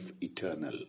eternal